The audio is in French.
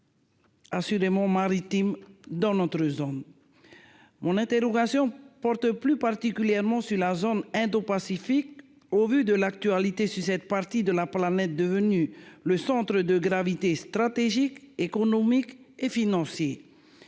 Mon maritime dans notre zone mon interrogation porte plus particulièrement sur la zone indopacifique au vu de l'actualité sur cette partie de la planète devenue le centre de gravité, stratégique, économique et financier,